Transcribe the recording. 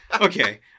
okay